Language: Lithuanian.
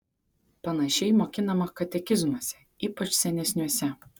panašiai mokinama katekizmuose ypač senesniuose